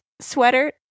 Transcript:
sweater